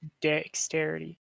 dexterity